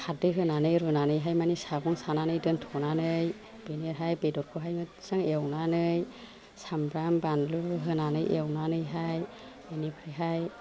खाददै होनानै रुनानैहाय मानि सागं सानानै दोनथ'नानै बेनिहाय बेदरखौहाय मोजां एवनानै सामब्राम बान्लु होनानै एवनानैहाय बेनिफ्रायहाय